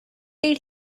did